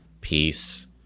peace